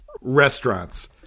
restaurants